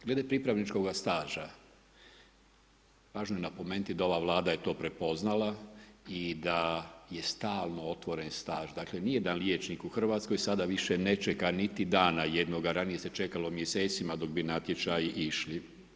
Glede pripravničkog staža važno je napomenuti da ova Vlada je to prepoznala i da je stalno otvoren staž, dakle nije da liječnik u Hrvatskoj sada više ne čeka niti dana jednoga ranije se čekalo mjesecima dok bi natječaji išli.